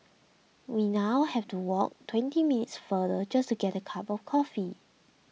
we now have to walk twenty minutes farther just to get a cup of coffee